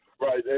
Right